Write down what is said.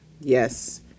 Yes